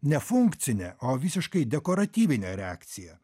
ne funkcinė o visiškai dekoratyvinė reakcija